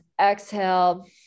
exhale